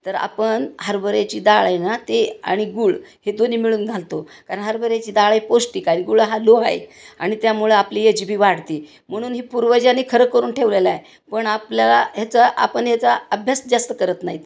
तर आपण हरभऱ्याची डाळ आहे ना ते आणि गूळ हे दोन्ही मिळून घालतो कारण हरभऱ्याची डाळ आहे पौष्टिक आणि गुळ हा लोह आहे आणि त्यामुळं आपली एजबी वाढते म्हणून ही पूर्वजांनी खरं करून ठेवलेलं आहे पण आपल्याला ह्याचा आपण याचा अभ्यास जास्त करत नाहीत